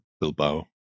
bilbao